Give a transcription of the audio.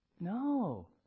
no